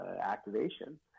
activation